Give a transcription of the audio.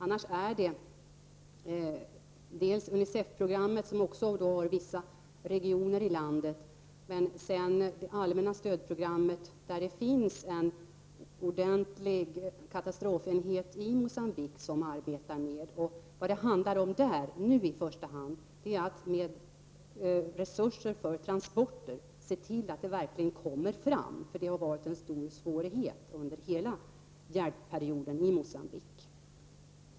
I övrigt är det fråga om dels Unicef-programmet, som också rör vissa regioner i landet, dels det allmänna stödprogrammet, som en ordentlig katastrofenhet i Moçambique redan arbetar med. Där handlar det nu i första hand om att med resurser för transporter se till att hjälpen verkligen kommer fram. Detta har nämligen varit en stor svårighet under hela perioden med hjälpinsatser i Moçambique.